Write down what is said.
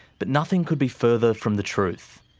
but nothing could be further from the truth.